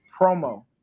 promo